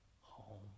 home